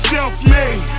Self-made